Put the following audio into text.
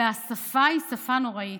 והשפה היא שפה נוראית,